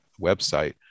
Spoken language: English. website